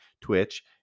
Twitch